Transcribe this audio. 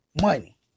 money